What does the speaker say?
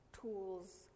tools